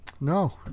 No